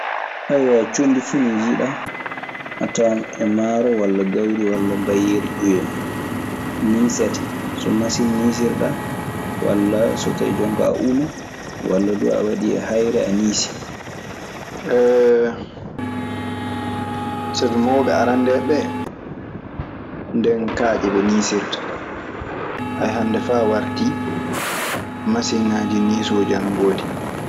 Conndi fuu ndi njiiɗaa, a tawan e maaro walla gawri walla mbayeeri ƴiwi e mun Niisete, so masiŋ niisiɗaa walla so tawi jonkaa a unu walla duu a waɗii e hayre a niisii. Sabi mawɓe aranndeeɓe ɓee nde kaañe ɓe niisirta. A yii hannde faa wartii masiŋaaji niisooji ana ngoodi.